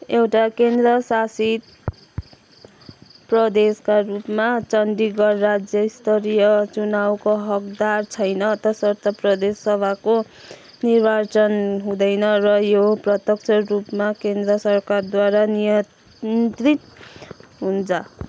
एउटा केन्द्र शासित प्रदेशका रूपमा चण्डीगढ राज्यस्तरीय चुनावको हकदार छैन तसर्थ प्रदेश सभाको निर्वाचन हुँदैन र यो प्रत्यक्ष रूपमा केन्द्र सरकारद्वारा नियन्त्रित हुन्छ